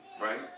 right